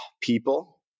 people